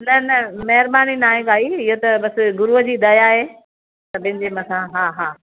न न महिरबानी नाहे भाई इएं त बसि गुरूअ जी दया आहे सभिनी जे मथां हा हा